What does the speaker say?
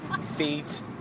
feet